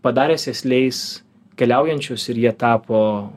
padarė sėsliais keliaujančius ir jie tapo